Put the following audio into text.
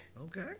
Okay